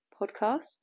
podcast